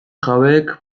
jabeek